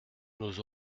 nous